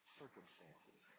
circumstances